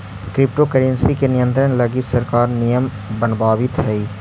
crypto currency के नियंत्रण लगी सरकार नियम बनावित हइ